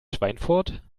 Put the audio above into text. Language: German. schweinfurt